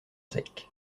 sec